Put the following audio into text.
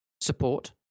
support